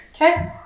Okay